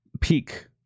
peak